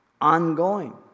ongoing